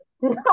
no